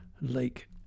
Lake